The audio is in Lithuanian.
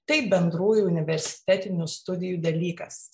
tai bendrųjų universitetinių studijų dalykas